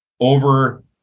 over